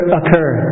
occur